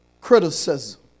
criticism